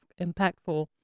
impactful